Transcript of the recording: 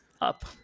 up